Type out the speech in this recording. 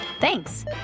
Thanks